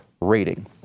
rating